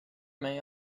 may